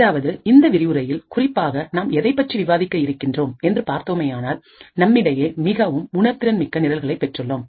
அதாவது இந்த விரிவுரையில் குறிப்பாக நாம் எதைப் பற்றி விவாதிக்க இருக்கின்றோம் என்று பார்த்தோமேயானால் நம்மிடையே மிகவும் உணர்திறன் மிக்க நிரல்களை பெற்றுள்ளோம்